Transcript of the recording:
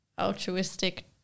altruistic